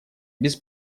без